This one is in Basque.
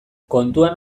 kontuan